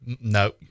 No